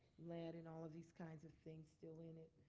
lead and all of these kinds of things still in it.